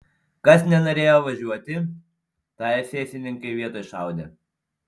kas nenorėjo važiuoti tą esesininkai vietoj šaudė